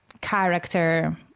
character